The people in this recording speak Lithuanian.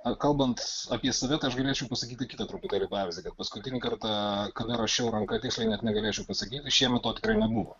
kalbant apie save tai aš galėčiau pasakyti kitą truputėlį pavyzdį kad paskutinį kartą kada rašiau ranka tiksliai net negalėčiau pasakyti šiemet to tikrai nebuvo